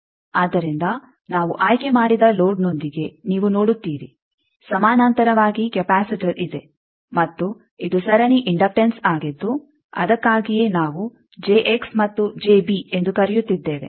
ಆದ್ದರಿಂದ ನಾವು ಆಯ್ಕೆ ಮಾಡಿದ ಲೋಡ್ನೊಂದಿಗೆ ನೀವು ನೋಡುತ್ತೀರಿ ಸಮಾನಾಂತರವಾಗಿ ಕೆಪಾಸಿಟರ್ ಇದೆ ಮತ್ತು ಇದು ಸರಣಿ ಇಂಡಕ್ಟೆಂಸ್ ಆಗಿದ್ದು ಅದಕ್ಕಾಗಿಯೇ ನಾವು ಮತ್ತು ಎಂದು ಕರೆಯುತ್ತಿದ್ದೇವೆ